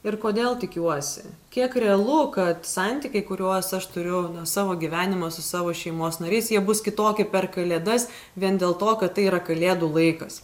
ir kodėl tikiuosi kiek realu kad santykiai kuriuos aš turiu savo gyvenimą su savo šeimos nariais jie bus kitoki per kalėdas vien dėl to kad tai yra kalėdų laikas